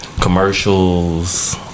commercials